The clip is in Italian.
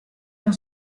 non